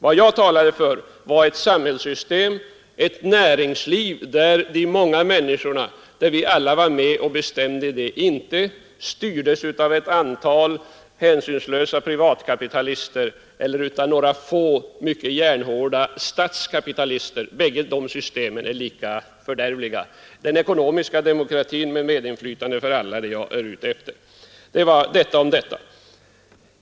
Vad jag talade för är ett samhällssystem med ett näringsliv där de många människorna — vi alla — är med och bestämmer i stället för att styras av ett antal hänsynslösa privatkapitalister eller av några få järnhårda statskapitalister. Bägge dessa system är lika fördömliga. Den ekonomiska demokratin med medinflytande för alla är vad jag strävar efter. — Det var detta om detta.